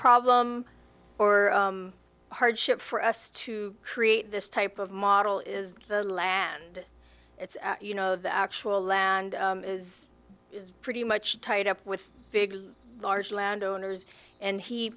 problem or hardship for us to create this type of model is the land it's you know the actual land is pretty much tied up with big large landowners and he